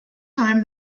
time